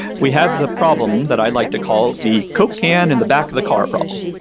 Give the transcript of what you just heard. we have the problem that i like to call the coke can in the back of the car problem.